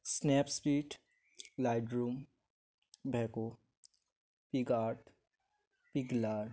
Snapseed Lightroom VSCO PicsArt Pixlr